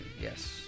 yes